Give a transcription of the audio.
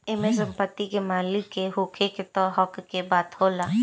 एमे संपत्ति के मालिक के होखे उ हक के बात होला